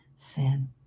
sin